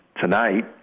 tonight